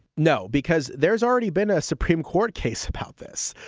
no, because there's already been a supreme court case about this.